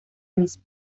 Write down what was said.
misma